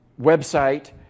website